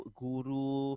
guru